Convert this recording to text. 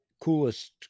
coolest